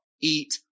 eat